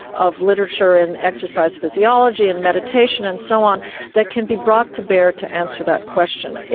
of literature in exercise physiology and meditation and so on that can be brought to bear to answer that question.